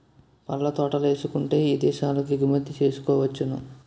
పళ్ళ తోటలేసుకుంటే ఇదేశాలకు కూడా ఎగుమతి సేసుకోవచ్చును